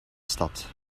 stad